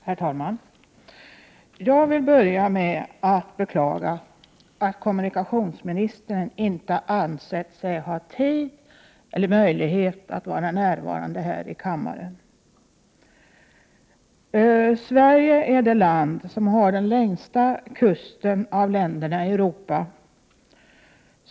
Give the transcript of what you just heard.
Herr talman! Jag vill börja med att beklaga att kommunikationsministern inte ansett sig ha tid eller möjlighet att vara närvarande här i kammaren. Sverige är det land som har den längsta kusten av länderna i Europa.